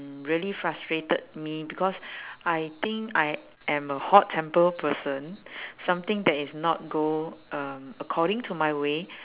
really frustrated me because I think I am a hot temper person something that is not go um according to my way